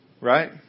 Right